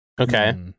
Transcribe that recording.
Okay